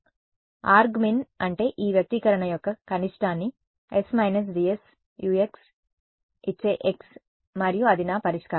కాబట్టి ఆర్గ్మిన్ అంటే ఈ వ్యక్తీకరణ యొక్క కనిష్టాన్ని ||s − GS Ux|| 2 ఇచ్చే x మరియు అది నా పరిష్కారం